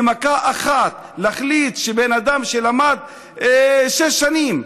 במכה אחת, להחליט שבן אדם שלמד שש שנים,